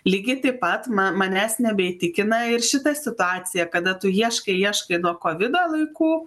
lygiai taip pat man manęs nebeįtikina ir šita situacija kada tu ieškai ieškai nuo kovido laikų